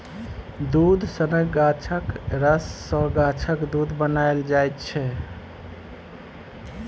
दुध सनक गाछक रस सँ गाछक दुध बनाएल जाइ छै